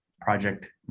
project